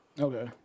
Okay